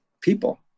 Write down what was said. people